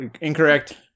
Incorrect